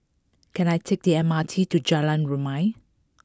can I take the M R T to Jalan Rumia